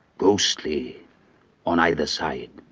ghostly on either side.